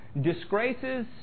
disgraces